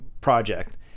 project